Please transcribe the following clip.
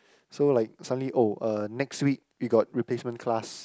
so like suddenly oh uh next week we got replacement class